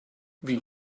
wie